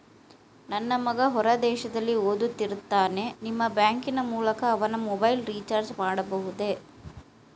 ನನ್ನ ಮಗ ಹೊರ ದೇಶದಲ್ಲಿ ಓದುತ್ತಿರುತ್ತಾನೆ ನಿಮ್ಮ ಬ್ಯಾಂಕಿನ ಮೂಲಕ ಅವನ ಮೊಬೈಲ್ ರಿಚಾರ್ಜ್ ಮಾಡಬಹುದೇ?